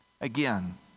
again